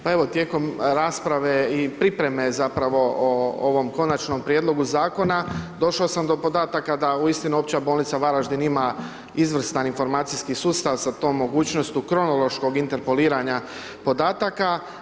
Pa evo tijekom rasprave i pripreme zapravo o ovom konačnom prijedlogu zakona došao sam do podataka da uistinu Opća bolnica Varaždin ima izvrstan informacijski sustav sa tom mogućnošću kronološkog interpoliranja podataka.